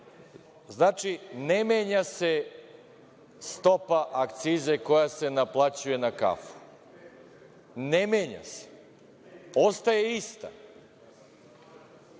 Znači, ne menja se stopa akcize koja se naplaćuje na kafu, ne menja se, ostaje ista.